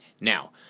Now